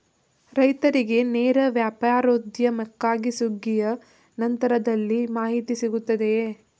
ರೈತರಿಗೆ ನೇರ ವ್ಯಾಪಾರೋದ್ಯಮಕ್ಕಾಗಿ ಸುಗ್ಗಿಯ ನಂತರದಲ್ಲಿ ಮಾಹಿತಿ ಸಿಗುತ್ತದೆಯೇ?